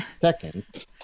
Second